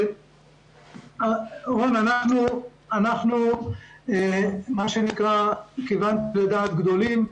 רון, אתה כיוונת לדעת גדולים.